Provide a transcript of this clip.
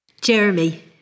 Jeremy